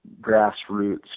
grassroots